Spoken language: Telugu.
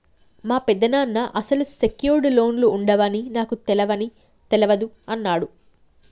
మా పెదనాన్న అసలు సెక్యూర్డ్ లోన్లు ఉండవని నాకు తెలవని తెలవదు అన్నడు